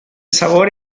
sabor